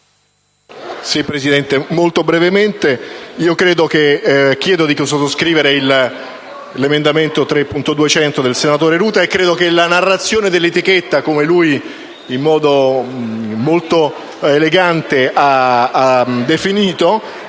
Presidente, molto brevemente, chiedo di sottoscrivere l'emendamento 3.200 del senatore Ruta. Credo che la narrazione dell'etichetta, come egli, in modo molto elegante, l'ha definita,